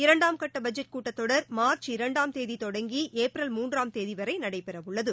இரண்டாம் கட்ட பட்ஜெட் கூட்டத்தொடர் மார்ச் இரண்டாம் தேதி தொடங்கி ஏப்ரல் மூன்றாம் தேதி வரை நடைபெறவுள்ளது